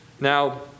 Now